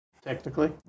technically